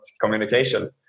communication